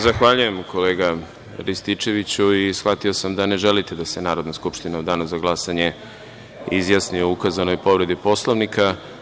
Zahvaljujem, kolega Rističeviću i shvatio sam da ne želite da se Narodna skupština u Danu za glasanje izjasni o ukazanoj povredi Poslovnika.